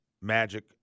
Magic